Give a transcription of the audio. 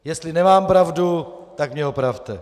Jestli nemám pravdu, tak mě opravte.